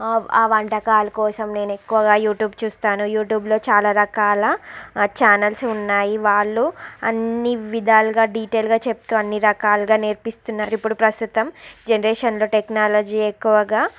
ఆ వంటకాలు కోసం నేను ఎక్కువగా యూట్యూబ్ చూస్తాను యూట్యూబ్లో చాలా రకాల చానల్స్ ఉన్నాయి వాళ్ళు అన్ని విధాలుగా డీటెయిల్గా చెప్తూ అన్ని రకాలుగా నేర్పిస్తున్నారు ఇప్పుడు ప్రస్తుతం జనరేషన్లో టెక్నాలజీ ఎక్కువగా